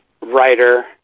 writer